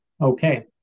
Okay